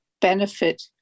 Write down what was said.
benefit